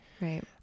right